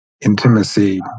Intimacy